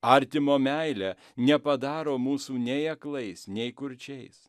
artimo meilė nepadaro mūsų nei aklais nei kurčiais